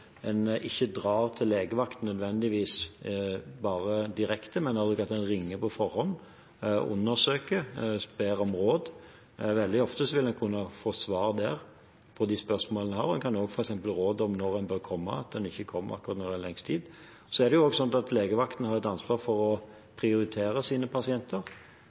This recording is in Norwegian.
en ikke nødvendigvis bare drar direkte til legevakten, men at en ringer på forhånd, undersøker og ber om råd. Veldig ofte vil en kunne få svar der på de spørsmålene en har, og en kan f.eks. også få råd om når en bør komme, at en ikke kommer akkurat når det er lengst ventetid. Så er det også sånn at legevakten har et ansvar for å prioritere sine pasienter,